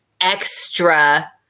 extra